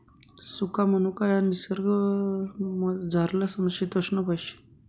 सुका मनुका ह्या निसर्गमझारलं समशितोष्ण फय शे